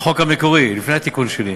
החוק המקורי, לפני התיקון שלי.